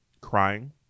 crying